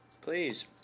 Please